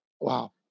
Wow